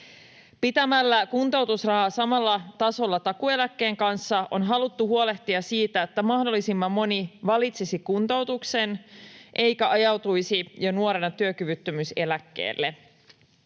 Pitämällä kuntoutusraha samalla tasolla takuueläkkeen kanssa on haluttu huolehtia siitä, että mahdollisimman moni valitsisi kuntoutuksen eikä ajautuisi jo nuorena työkyvyttömyyseläkkeelle.